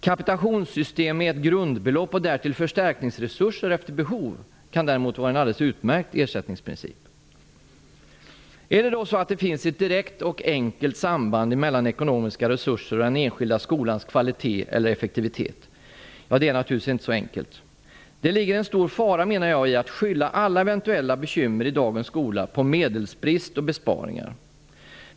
Kapitationssystem med ett grundbelopp och därtill förstärkningsresurser efter behov kan däremot vara en alldeles utmärkt ersättningsprincip. Finns det då ett direkt och enkelt samband mellan ekonomiska resurser och den enskilda skolans kvalitet eller effektivitet? Det är naturligtvis inte så enkelt. Det ligger en stor fara i, menar jag, att skylla alla eventuella bekymmer i dagens skola på medelsbrist och besparingar.